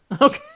okay